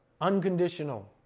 unconditional